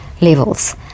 levels